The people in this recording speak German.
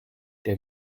der